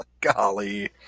golly